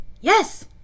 yes